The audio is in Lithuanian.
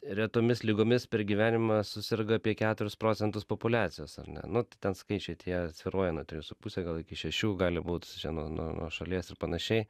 retomis ligomis per gyvenimą suserga apie keturis procentus populiacijos ar ne nu tai ten skaičiai tie svyruoja nuo trijų su puse gal iki šešių gali būt čia nuo nuo šalies ir panašiai